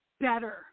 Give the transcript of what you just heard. better